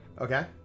Okay